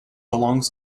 belongs